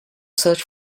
search